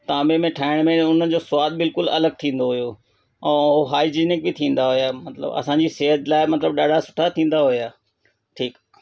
तांबे में ठाहिण में हुन जो सवादु बि बिल्कुलु अलॻि थींदो हुयो और हाइजनिक बि थींदा हुया मतिलबु असांजी सिहत लाइ मतिलबु ॾाढा सुठा थींदा हुया ठीकु